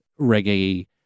reggae